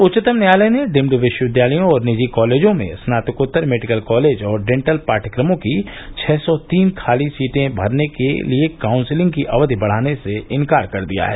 उच्चतम न्यायालय ने डीम्ड विश्वविद्यालयों और निजी कॉलेजों में स्नातकोत्तर मेडिकल और डेंटल पाठ्यक्रमों की छह सौ तीन खाली सीटे भरने के लिए कांउसलिंग की अवधि बढ़ाने से इनकार कर दिया है